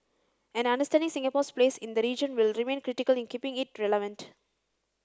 and understanding Singapore's place in the region will remain critical in keeping it relevant